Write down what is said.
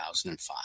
2005